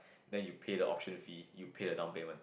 then you pay the option fee you pay the down payment